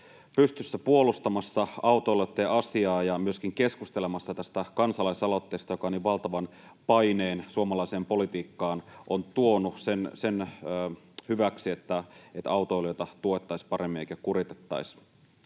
pystyssä puolustamassa autoilijoitten asiaa ja myöskin keskustelemassa tästä kansalaisaloitteesta, joka niin valtavan paineen suomalaiseen politiikkaan on tuonut sen hyväksi, että autoilijoita tuettaisiin paremmin eikä kuritettaisi.